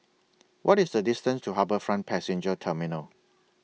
What IS The distance to HarbourFront Passenger Terminal